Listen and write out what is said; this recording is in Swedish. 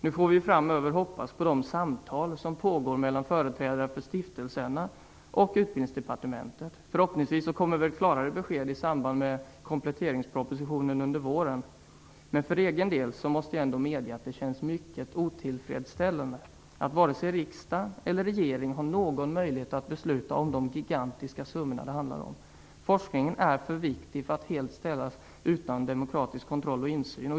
Nu får vi framöver hoppas på de samtal som pågår mellan företrädare för stiftelserna och Utbildningsdepartementet. Förhoppningsvis kommer klarare besked i samband med kompletteringspropositionen under våren. Men för egen del måste jag ändå medge att det känns mycket otillfredsställande att varken riksdag eller regering har någon möjlighet att besluta om de gigantiska summor som det handlar om. Forskningen är för viktig för att helt ställas utan demokratisk kontroll och insyn.